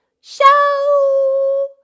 Show